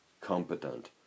competent